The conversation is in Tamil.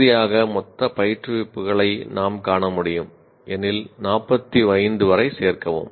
இறுதியாக மொத்த பயிற்றுவிப்புகளை நாம் காண முடியும் எனில் 45 வரை சேர்க்கவும்